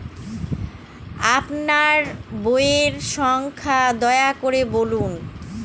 আপনার বইয়ের সংখ্যা দয়া করে বলুন?